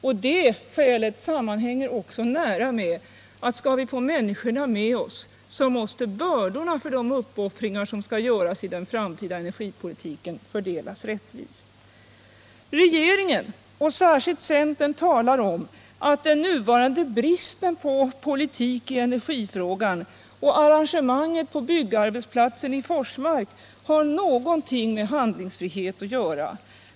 Det sistnämnda skälet sammanhänger också nära med det faktum att om vi skall få människorna med oss, så måste bördorna i samband med de uppoffringar som skall göras i den framtida energipolitiken fördelas rättvist. Regeringen, och särskilt centern, tycks mena att den nuvarande bristen på politik i energifrågan och arrangemangen på byggarbetsplatsen i Forsmark har någonting med handlingsfrihet att göra.